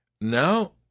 Now